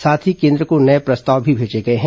साथ ही केन्द्र को नये प्रस्ताव भी भेजे गए हैं